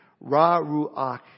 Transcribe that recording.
ra-ruach